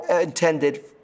intended